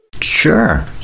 Sure